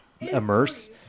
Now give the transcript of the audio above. immerse